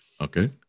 Okay